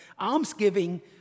almsgiving